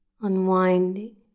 unwinding